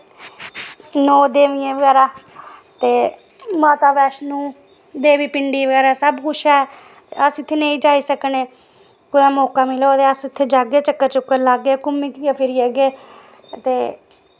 नौ देवियां बगैरा ते माता वैष्णो देवी पिंडी बगैरा सबकिश ऐ अस इत्थै नेईं जाई सकने कुतै मौका लगग ते अस उत्थै जाह्गे ते चक्कर लाह्गे घुम्मी फिरियै आई जाह्गे ते